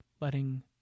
letting